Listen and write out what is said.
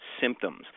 symptoms